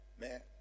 man